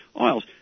oils